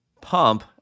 pump